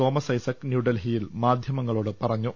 Thomas Isaac ന്യൂഡൽഹിയിൽ മാധ്യമങ്ങളോട് പറഞ്ഞു